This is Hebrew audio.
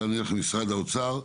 נעבור למשרד האוצר.